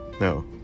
no